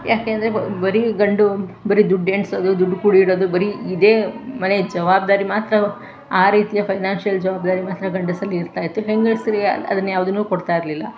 ಯಾಕೆಂದರೆ ಬರಿ ಗಂಡು ಬರಿ ದುಡ್ಡು ಎಣಿಸೋದು ದುಡ್ಡು ಕೂಡಿಡೋದು ಬರಿ ಇದೇ ಮನೆ ಜವಾಬ್ದಾರಿ ಮಾತ್ರ ಆ ರೀತಿಯ ಫೈನಾನ್ಶಿಯಲ್ ಜವಾಬ್ದಾರಿ ಮಾತ್ರ ಗಂಡಸ್ರಲ್ಲಿ ಇರ್ತಾಯಿತ್ತು ಹೆಂಗಸರಿಗೆ ಅದನ್ಯಾವುದನ್ನು ಕೊಡ್ತಾಯಿರಲಿಲ್ಲ